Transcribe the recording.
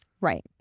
Right